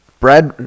brad